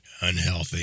unhealthy